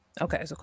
Okay